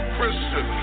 Christian